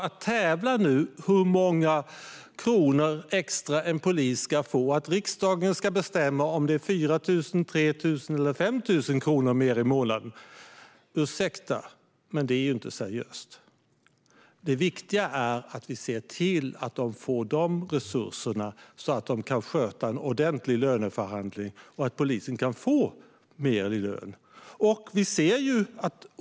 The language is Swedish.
Att tävla om hur många kronor extra en polis ska få, att riksdagen ska bestämma om det ska vara 4 000, 3 000 eller 5 000 kronor mer i månaden är - ursäkta - inte seriöst. Det viktiga är att se till att de får de resurser de behöver så att de kan sköta en ordentlig löneförhandling så att poliserna kan få mer i lön.